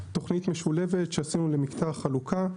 משולבת שעשינו למקטע החלוקה,